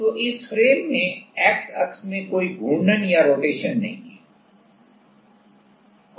तो इस फ्रेम में x अक्ष में कोई घूर्णन या रोटेशन नहीं है